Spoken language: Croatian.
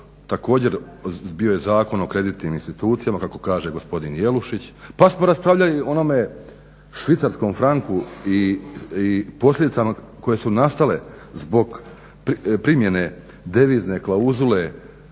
također bio je Zakon o kreditnim institucijama kako kaže gospodin Jelušić pa smo raspravljali o onome švicarskom franku i posljedicama koje su nastale zbog primjene devizne klauzule